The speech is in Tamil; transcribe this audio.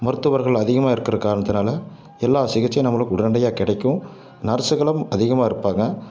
மருத்துவர்கள் அதிகமாக இருக்கிற காரணத்தினால எல்லா சிகிச்சையும் நம்மளுக்கு உடனடியாக கிடைக்கும் நர்ஸ்சுகளும் அதிகமாக இருப்பாங்க